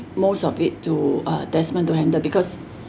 most of it to uh desmond to handle because